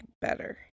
better